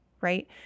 right